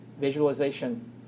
Visualization